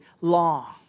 long